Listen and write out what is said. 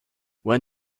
when